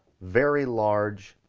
very large,